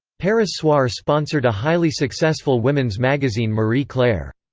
paris soir sponsored a highly successful women's magazine marie-claire.